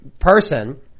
Person